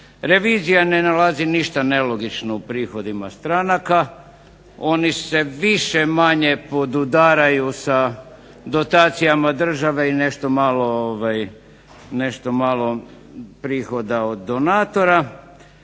Revizija ne nalazi ništa nelogično u prihodima stranaka. Oni se više-manje podudaraju sa dotacijama države i nešto malo prihoda od donatora.